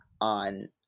on